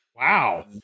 Wow